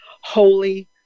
holy